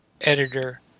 editor